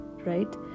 right